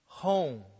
home